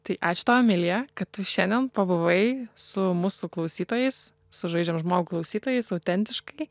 tai ačiū tau emilija kad tu šiandien pabuvai su mūsų klausytojais su žaidžiam žmogų klausytojais autentiškai